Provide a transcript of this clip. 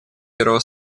первого